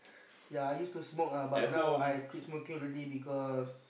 ya I used to smoke ah but now I quit smoking already because